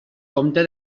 comte